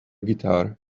guitar